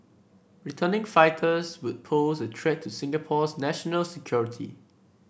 returning fighters would pose a threat to Singapore's national security